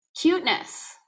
Cuteness